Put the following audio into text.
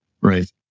Right